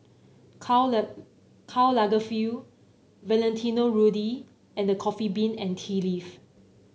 Karl Karl Lagerfeld Valentino Rudy and The Coffee Bean and Tea Leaf